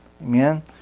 Amen